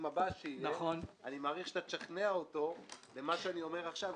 הבא שיהיה אני מעריך שאתה תשכנע אותו במה שאני אומר עכשיו.